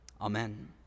Amen